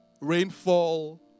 rainfall